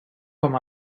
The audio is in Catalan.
com